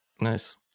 Nice